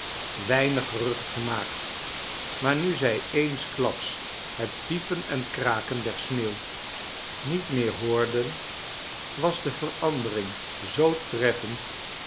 weinig gerucht gemaakt maar nu zij eensklaps het piepen en kraken der sneeuw niet meer hoorden was de verandering zoo treffend